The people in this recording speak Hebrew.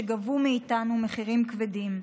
שגבו מאתנו מחירים כבדים.